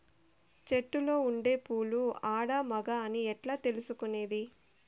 చెట్టులో ఉండే పూలు ఆడ, మగ అని ఎట్లా తెలుసుకునేది?